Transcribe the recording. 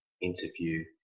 interview